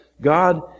God